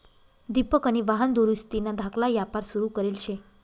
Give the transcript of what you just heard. दिपकनी वाहन दुरुस्तीना धाकला यापार सुरू करेल शे